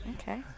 Okay